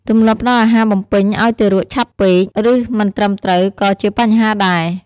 ទម្លាប់ផ្តល់អាហារបំពេញឱ្យទារកឆាប់ពេក ឬមិនត្រឹមត្រូវក៏ជាបញ្ហាដែរ។